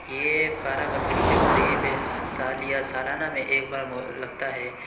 یہ بارہ بنکی کے قریب ہر سال یا سالانہ میں ایک بار لگتا ہے